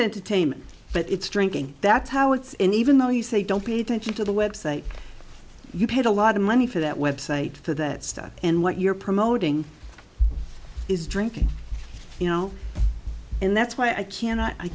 entertainment but it's drinking that's how it's in even though you say don't pay attention to the website you paid a lot of money for that website for that stuff and what you're promoting is drinking you know and that's why i can't i